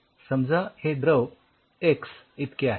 समजा हे द्रव एक्स इतके आहे